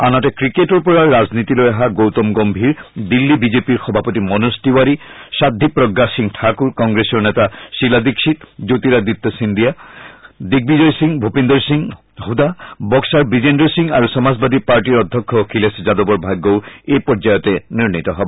আনহাতে ক্ৰিকেটৰ পৰা ৰাজনীতিলৈ অহা গৌতম গম্ভীৰ দিল্লী বিজেপিৰ সভাপতি মনোজ তিৱাৰী সাধবী প্ৰজ্ঞা সিং ঠাকুৰ কংগ্ৰেছৰ নেতা শীলা দীক্ষিত জ্যোতিৰাদিত্য সিন্দিয়া দিগ্বিজয় সিং ভূপিন্দৰ সিং হুদা বক্সাৰ বিজেন্দৰ সিং আৰু সমাজবাদী পাৰ্টীৰ অধ্যক্ষ অখিলেশ যাদৱৰ ভাগ্যও এই পৰ্যায়ত নিৰ্ণীত হ'ব